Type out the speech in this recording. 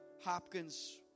Hopkins